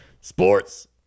Sports